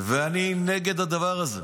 ואני נגד הדבר הזה.